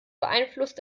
beeinflusst